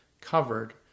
covered